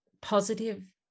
positive